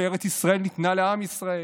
שארץ ישראל ניתנה לעם ישראל,